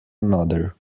another